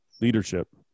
leadership